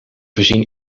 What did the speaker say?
voorzien